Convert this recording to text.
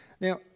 Now